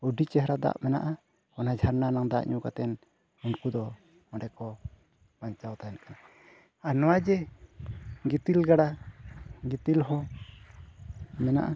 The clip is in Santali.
ᱟᱹᱰᱤ ᱪᱮᱦᱨᱟ ᱫᱟᱜ ᱢᱮᱱᱟᱜᱼᱟ ᱚᱱᱟ ᱡᱷᱟᱨᱱᱟ ᱨᱮᱱᱟᱜ ᱫᱟᱜ ᱧᱩ ᱠᱟᱛᱮᱫ ᱩᱱᱠᱩ ᱫᱚ ᱚᱸᱰᱮᱠᱚ ᱵᱟᱧᱪᱟᱣ ᱛᱟᱦᱮᱱ ᱠᱟᱱᱟ ᱟᱨ ᱱᱚᱣᱟ ᱡᱮ ᱜᱤᱛᱤᱞ ᱜᱟᱰᱟ ᱜᱤᱛᱤᱞ ᱦᱚᱸ ᱢᱮᱱᱟᱜᱼᱟ